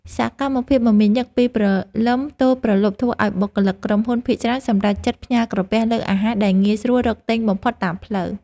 សកម្មភាពមមាញឹកពីព្រលឹមទល់ព្រលប់ធ្វើឲ្យបុគ្គលិកក្រុមហ៊ុនភាគច្រើនសម្រេចចិត្តផ្ញើក្រពះលើអាហារដែលងាយស្រួលរកទិញបំផុតតាមផ្លូវ។